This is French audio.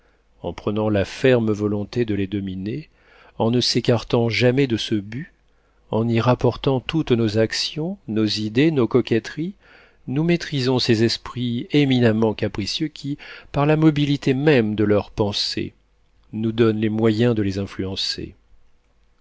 en prenant la ferme volonté de les dominer en ne s'écartant jamais de ce but en y rapportant toutes nos actions nos idées nos coquetteries nous maîtrisons ces esprits éminemment capricieux qui par la mobilité même de leurs pensées nous donnent les moyens de les influencer